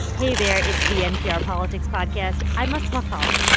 hey there. it's the npr politics podcast. i'm asma khalid.